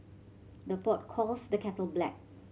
the pot calls the kettle black